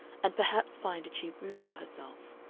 and perhaps find a cheap room for herself.